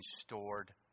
stored